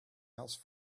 else